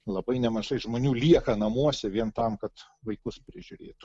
labai nemažai žmonių lieka namuose vien tam kad vaikus prižiūrėtų